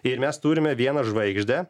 ir mes turime vieną žvaigždę